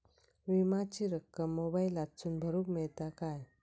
विमाची रक्कम मोबाईलातसून भरुक मेळता काय?